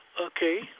Okay